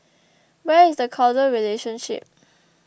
where is the causal relationship